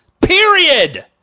period